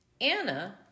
Anna